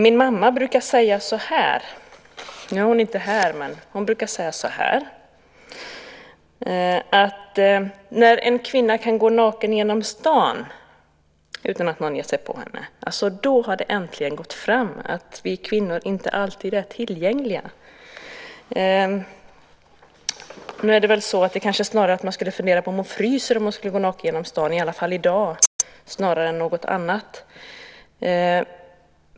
Min mamma brukar säga så här, även om hon inte är här nu: När en kvinna kan gå naken genom stan utan att någon ger sig på henne, då har det äntligen gått fram att vi kvinnor inte alltid är tillgängliga. Nu är det väl så att man kanske snarare skulle fundera på om hon fryser om hon skulle gå naken genom stan, i alla fall i dag, snarare än något annat.